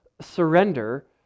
surrender